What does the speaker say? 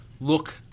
look